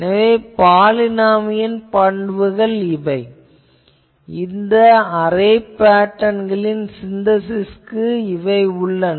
எனவே பாலினாமியலின் பண்புகள் இந்த அரே பேட்டர்ன்களின் சின்தசிஸ்க்கு வந்துள்ளன